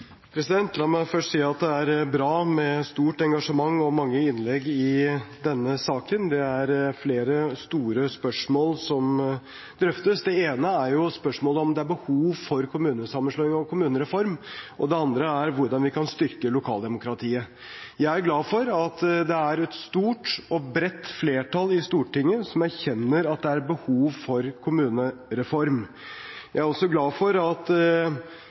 bra med stort engasjement og mange innlegg i denne saken. Det er flere store spørsmål som drøftes. Det ene er spørsmålet om det er behov for kommunesammenslåing og kommunereform, det andre er hvordan vi kan styrke lokaldemokratiet. Jeg er glad for at det er et stort og bredt flertall i Stortinget som erkjenner at det er behov for kommunereform. Jeg er også glad for at